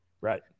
Right